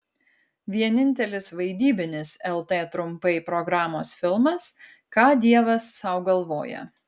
vienintelis vaidybinis lt trumpai programos filmas ką dievas sau galvoja